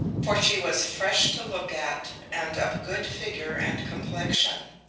for she was fresh to look at, and of good figure and complexion.